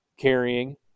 carrying